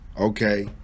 okay